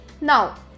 Now